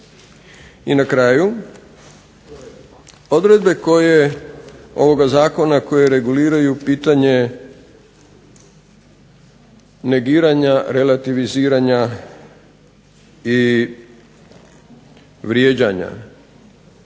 I na kraju odredbe ovoga Zakona koje reguliraju pitanje negiranja relativiziranja i vrijeđanja.